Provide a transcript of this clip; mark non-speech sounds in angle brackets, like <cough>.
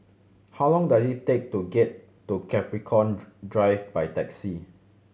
how long does it take to get to Capricorn <unintelligible> Drive by taxi